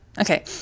Okay